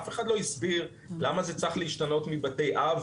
אף אחד לא מסביר למה זה צריך להשתנות מבתי אב